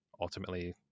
ultimately